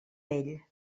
ell